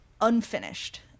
unfinished